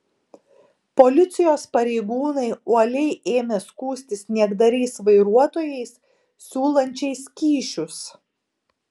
policijos pareigūnai uoliai ėmė skųstis niekdariais vairuotojais siūlančiais kyšius